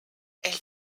elle